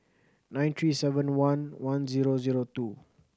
nine three seven one one zero zero two